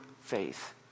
faith